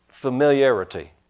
Familiarity